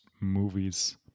movies